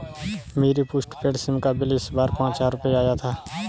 मेरे postpaid SIM का bill इस बार पाँच हजार रुपए आया था